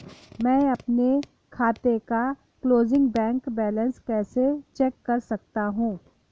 मैं अपने खाते का क्लोजिंग बैंक बैलेंस कैसे चेक कर सकता हूँ?